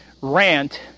rant